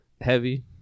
heavy